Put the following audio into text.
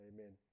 Amen